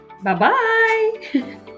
Bye-bye